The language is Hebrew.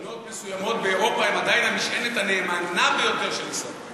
מדינות מסוימות באירופה הן עדיין המשענת הנאמנה ביותר של ישראל,